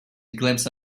glimpse